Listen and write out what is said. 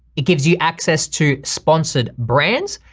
it gives you access to sponsored brands,